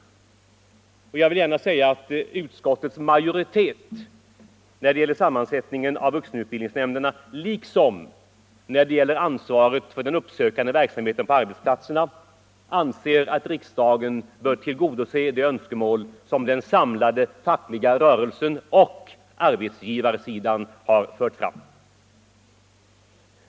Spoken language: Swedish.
Utskottets majoritet anser såväl när det gäller sammansättningen av vuxenutbildningsnämnderna som när det gäller ansvaret för den uppsökande verksamheten på arbetsplatserna, att riksdagen bör tillgodose det önskemål som den samlade fackliga rörelsen och arbetsgivarsidan har fört fram.